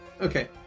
Okay